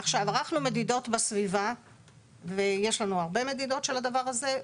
ערכנו מדידות בסביבה ויש לנו הרבה מדידות של הדבר הזה.